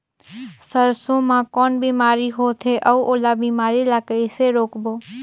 सरसो मा कौन बीमारी होथे अउ ओला बीमारी ला कइसे रोकबो?